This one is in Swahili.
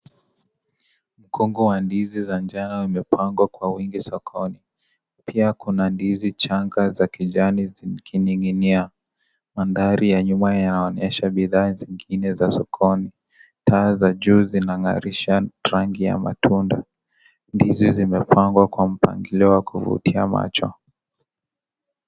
Mkungu wa ndizi wa njano zimepangwa Kwa wingi sokoni ,pia kuna ndizi changa za kijani kikininginia. Mandhari ya nyuma yaonyesha bidhaa nyingine za sokoni ,taa za juu zinangarisha rangi ya matunda ,ndizi zimepangwa Kwa mpangilio wa kufutia macho.